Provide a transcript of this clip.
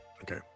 Okay